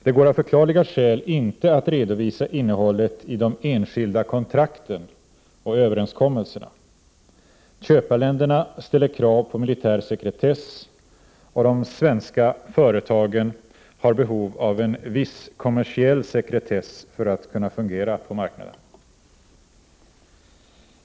Det går av förklarliga skäl inte att redovisa innehållet i de enskilda kontrakten och överenskommelserna. Köparländerna ställer krav på militär sekretess, och de svenska företagen har behov av viss kommersiell sekretess för att kunna fungera på marknaden.